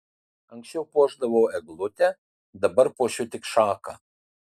anksčiau puošdavau eglutę dabar puošiu tik šaką